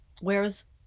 whereas